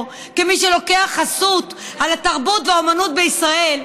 כמי שלוקח חסות על התרבות והאומנות בישראל,